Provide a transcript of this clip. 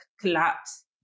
collapse